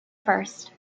first